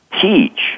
teach